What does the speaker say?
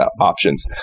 options